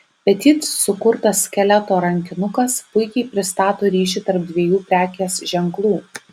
petit sukurtas skeleto rankinukas puikiai pristato ryšį tarp dviejų prekės ženklų